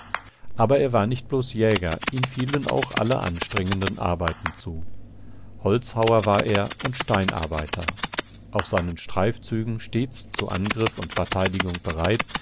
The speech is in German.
aber er war nicht bloß jäger ihm fielen auch alle anstrengenden arbeiten zu holzhauer war er und steinarbeiter auf seinen streifzügen stets zu angriff und verteidigung bereit